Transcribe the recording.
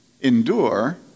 endure